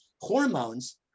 hormones